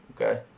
okay